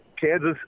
Kansas